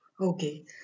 Okay